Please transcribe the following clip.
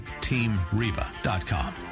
teamreba.com